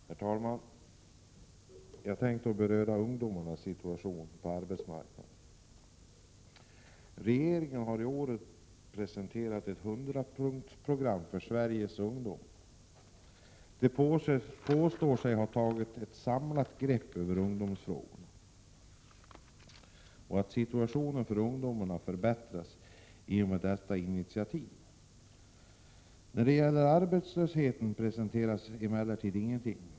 Herr talman! Jag tänkte beröra ungdomarnas situation på arbetsmarknaden. Regeringen har i år presenterat ett hundrapunktsprogram för Sveriges ungdomar. Man påstår sig ha ”tagit ett samlat grepp över ungdomsfrågorna” och säger att situationen för ungdomarna förbättras i och med detta initiativ. När det gäller arbetslösheten presenteras emellertid inget nytt.